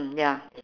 mm ya